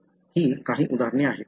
ही काही उदाहरणे आहेत